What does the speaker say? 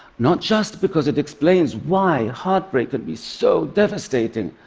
not just because it explains why heartbreak could be so devastating,